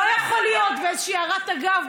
לא יכול להיות באיזושהי הערת אגב,